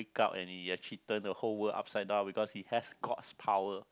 up and he actually turn the whole world upside down because he has God's power